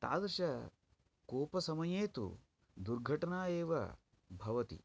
तादृश कोप समये तु दुर्घटणा एव भवति